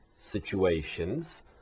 situations